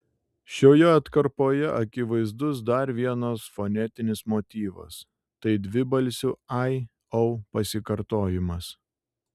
šioje atkarpoje akivaizdus dar vienas fonetinis motyvas tai dvibalsių ai au pasikartojimas